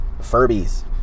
Furbies